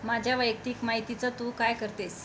माझ्या वैयक्तिक माहितीचं तू काय करतेस